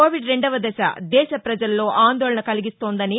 Covid రెండో దశ దేశ పజల్లో ఆందోళన కలిగిస్తోందని